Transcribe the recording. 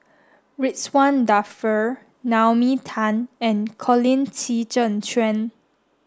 Ridzwan Dzafir Naomi Tan and Colin Qi Zhe Quan